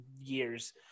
years